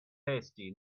hasty